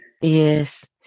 Yes